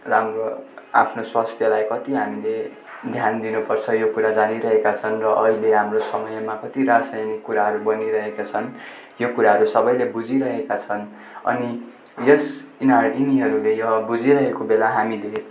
राम्रो आफ्नो स्वास्थ्यलाई कति हामीले ध्यान दिनुपर्छ यो कुरा जानिरहेका छन् र अहिले हाम्रो समयमा कति रसायनिक कुराहरू बनिरहेका छन् यो कुराहरू सबैले बुझिरहेका छन् अनि यस इनार यिनीहरूले यो बुझिरहेको बेला हामीले